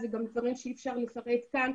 זה גם דברים שאי אפשר לפרט כאן,